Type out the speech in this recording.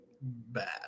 bad